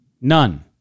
None